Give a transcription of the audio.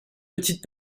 petite